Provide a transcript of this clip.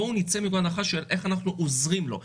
בואו נצא מנקודת הנחה איך אנחנו עוזרים לו,